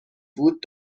بود